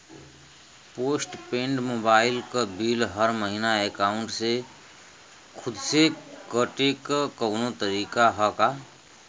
Post paid mobile क bill हर महिना एकाउंट से खुद से कटे क कौनो तरीका ह का?